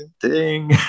ding